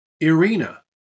Irina